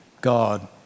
God